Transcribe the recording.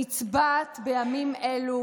נצבעת בימים אלו